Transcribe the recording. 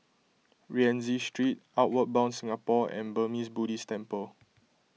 Rienzi Street Outward Bound Singapore and Burmese Buddhist Temple